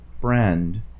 friend